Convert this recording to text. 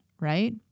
right